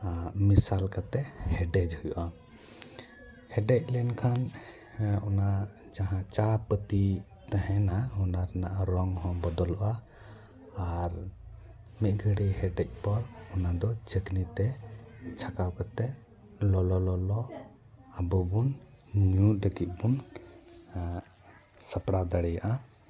ᱢᱮᱥᱟᱞ ᱠᱟᱛᱮ ᱦᱮᱰᱮᱡ ᱦᱩᱭᱩᱜᱼᱟ ᱦᱮᱰᱮᱡ ᱞᱮᱱᱠᱷᱟᱱ ᱚᱱᱟ ᱡᱟᱦᱟᱸ ᱪᱟᱯᱟ ᱛᱤ ᱛᱟᱦᱮᱱᱟ ᱚᱱᱟ ᱨᱮᱱᱟᱜ ᱨᱚᱝ ᱦᱚᱸ ᱵᱚᱫᱚᱞᱚᱜᱼᱟ ᱟᱨ ᱢᱤᱫ ᱜᱷᱟ ᱲᱤᱡ ᱦᱮᱰᱮᱡ ᱯᱚᱨ ᱚᱱᱟ ᱫᱚ ᱪᱷᱟᱠᱱᱤ ᱛᱮ ᱪᱷᱟᱠᱟᱣ ᱠᱟᱛᱮ ᱞᱚᱞᱚ ᱟᱵᱚ ᱵᱚᱱ ᱧᱩ ᱞᱟᱹᱜᱤᱫ ᱵᱚᱱ ᱥᱟᱯᱲᱟᱣ ᱫᱟᱲᱮᱭᱟᱜᱼᱟ